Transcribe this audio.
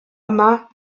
yma